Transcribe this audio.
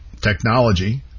technology